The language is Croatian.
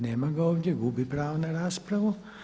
Nema ga ovdje, gubi pravo na raspravu.